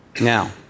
Now